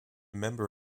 member